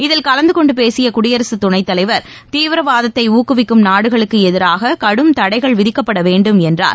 இதில் கலந்து கொண்டு பேசிய குடியரசு துணைத்தலைவர் தீவிரவாதத்தை ஊக்குவிக்கும் நாடுகளுக்கு எதிராக கடும் தடைகள் விதிக்கப்பட வேண்டும் என்றார்